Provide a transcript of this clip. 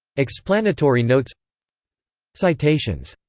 explanatory notes citations